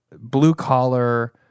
blue-collar